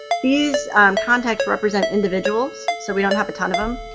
these contacts represent individuals, so we don't have a ton of them,